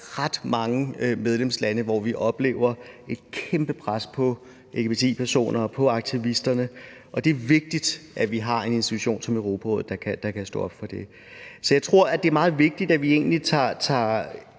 ret mange medlemslande, at vi oplever et kæmpe pres på lgbti-personer og på aktivisterne, og det er vigtigt, at vi har en institution som Europarådet, der kan stå op for det. Så jeg tror, at det er meget vigtigt, at vi herhjemme egentlig tager